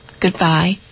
Goodbye